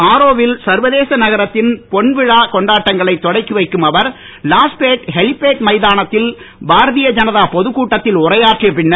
ஆரோவில் சர்வதேச நகரத்தின் பொன்விழா கொண்டாட்டங்கனை தொடக்கிவைக்கும் அவர் லாஸ்பேட் ஹெலிபேட் மைதானத்தில் பாரதிய ஜனதா பொதுக்கூட்டத்தில் உரையாற்றிய பின்னர்